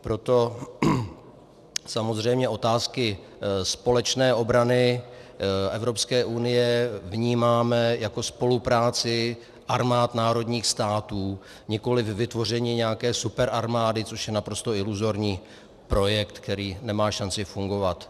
Proto samozřejmě otázky společné obrany Evropské unie vnímáme jako spolupráci armád národních států, nikoliv vytvoření nějaké superarmády, což je naprosto iluzorní projekt, který nemá šanci fungovat.